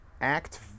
Act